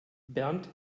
bernd